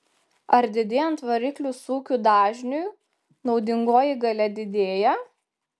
ar didėjant variklio sūkių dažniui naudingoji galia didėja